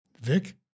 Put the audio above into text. Vic